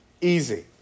easy